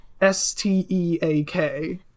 S-T-E-A-K